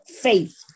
faith